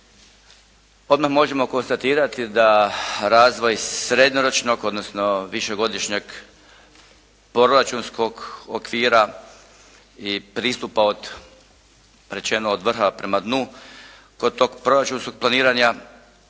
odmah možemo konstatirati da razvoj srednjoročnog odnosno višegodišnjeg proračunskog okvira i pristupa od, rečeno od vrha prema dnu kod tog proračunskog planiranja